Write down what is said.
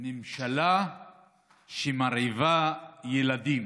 ממשלה שמרעיבה ילדים